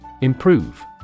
Improve